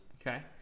Okay